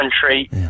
country